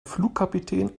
flugkapitän